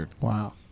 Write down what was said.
Wow